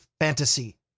fantasy